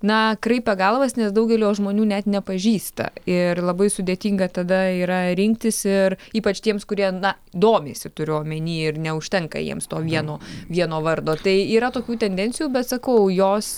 na kraipė galvas nes daugelio žmonių net nepažįsta ir labai sudėtinga tada yra rinktis ir ypač tiems kurie na domisi turiu omeny ir neužtenka jiems to vieno vieno vardo tai yra tokių tendencijų bet sakau jos